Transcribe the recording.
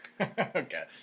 Okay